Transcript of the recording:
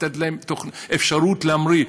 לתת להן אפשרות להמריא.